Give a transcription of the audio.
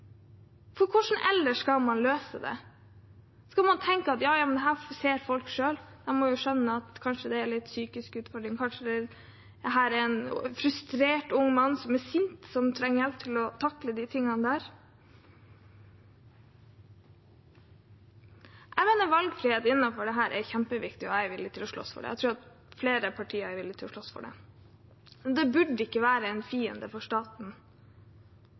For hvordan skal man ellers løse det? Skal man tenke at dette ser folk selv – de må jo skjønne at det kanskje er litt psykiske utfordringer, at dette kanskje er en frustrert ung mann som er sint, og som trenger hjelp til å takle de tingene? Jeg mener valgfrihet innenfor dette er kjempeviktig, og jeg er villig til å slåss for det. Jeg tror flere partier er villig til å slåss for det. Men det burde ikke være en fiende for staten,